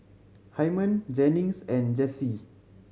Hyman Jennings and Jessee